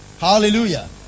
Hallelujah